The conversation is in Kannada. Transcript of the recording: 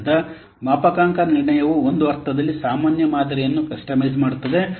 ಆದ್ದರಿಂದ ಮಾಪನಾಂಕ ನಿರ್ಣಯವು ಒಂದು ಅರ್ಥದಲ್ಲಿ ಸಾಮಾನ್ಯ ಮಾದರಿಯನ್ನು ಕಸ್ಟಮೈಸ್ ಮಾಡುತ್ತದೆ